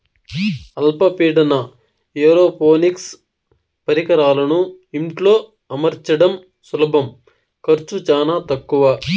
అల్ప పీడన ఏరోపోనిక్స్ పరికరాలను ఇంట్లో అమర్చడం సులభం ఖర్చు చానా తక్కవ